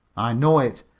i know it.